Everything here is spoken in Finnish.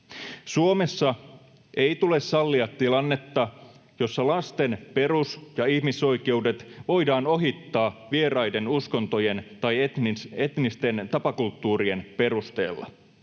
Suomessa ei tule sallia tilannetta, jossa lasten perus- ja ihmisoikeudet voidaan ohittaa vieraiden uskontojen tai etnisten tapakulttuurien perusteella.